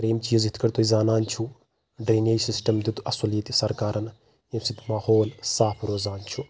ترٛیٚیِم چیٖز یِتھہٕ کأٹھۍ تُہۍ زانان چھُو ڈرینیج سِسٹم دیُت اَصل ییٚتہِ سرکارن ییٚمہِ سۭتۍ ماحول صاف روزان چھُ